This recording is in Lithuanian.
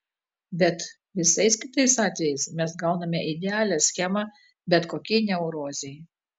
bet visais kitais atvejais mes gauname idealią schemą bet kokiai neurozei